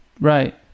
Right